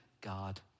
God